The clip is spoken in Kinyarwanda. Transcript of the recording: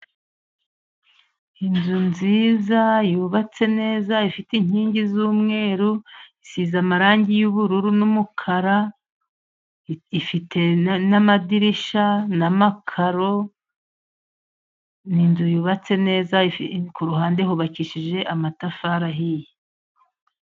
Inzu nziza yubatse neza, ifite inkingi z'umweru, isize amarangi y'ubururu ,n'umukara, ifite n'amadirishya, n'amakaro, ni inzu yubatse neza kuruhande hubakishije amatafari ahiye.